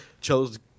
chose